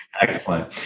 Excellent